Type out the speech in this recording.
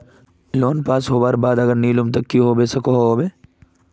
Loan pass होबार बाद अगर नी लुम ते की होबे सकोहो होबे?